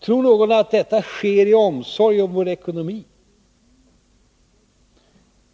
Tror någon att detta sker i omsorg om vår ekonomi?